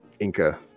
Inca